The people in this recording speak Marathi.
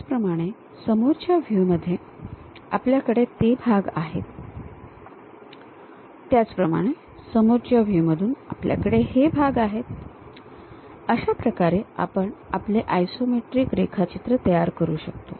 त्याचप्रमाणे समोरच्या व्ह्यू मध्ये आपल्याकडे ते भाग आहेत त्याचप्रमाणे समोरच्या व्ह्यूमधून आपल्याकडे हे भाग आहेत अशा प्रकारे आपण आपले आयसोमेट्रिक रेखाचित्र तयार करू शकतो